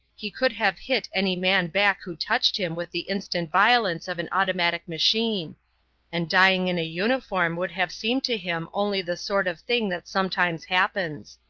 he could have hit any man back who touched him with the instant violence of an automatic machine and dying in a uniform would have seemed to him only the sort of thing that sometimes happens.